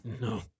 No